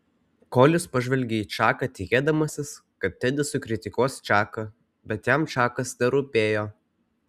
kolis pažvelgė į čaką tikėdamasis kad tedis sukritikuos čaką bet jam čakas nerūpėjo